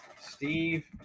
Steve